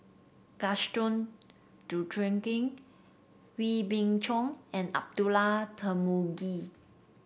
Gaston Dutronquoy Wee Beng Chong and Abdullah Tarmugi